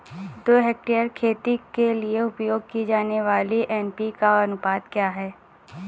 दो हेक्टेयर खेती के लिए उपयोग की जाने वाली एन.पी.के का अनुपात क्या है?